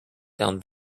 down